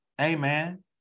amen